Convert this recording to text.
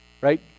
right